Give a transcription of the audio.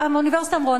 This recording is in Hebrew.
האוניברסיטה אמרו,